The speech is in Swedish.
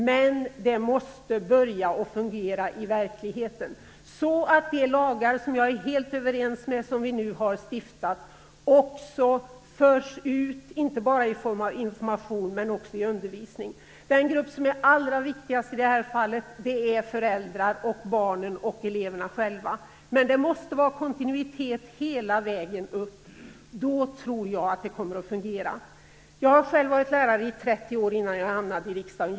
Men detta måste börja fungera i verkligheten så att de lagar, som jag är helt nöjd med och som vi nu stiftar, också förs ut, inte bara i form av information utan också i undervisningen. De grupper som är allra viktigast är föräldrarna, barnen och eleverna själva. Det måste vara kontinuitet hela vägen. Då tror jag att det kommer att fungera. Jag har själv varit lärare i 30 år innan jag hamnade i riksdagen.